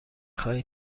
خواهی